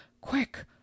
quick